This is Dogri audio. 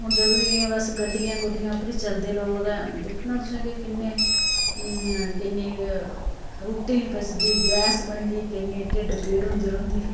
हून जदूं दियां एह् बस गड्डियां गुड्डियां उप्पर ई चलदे लोक ते दिक्खना तुसें के किन्ने केइयें गी रुट्टी नी पचदी गैस बनी दी केइयें ढिड्ड पीड़ होंदी रौंह्दी